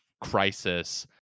crisis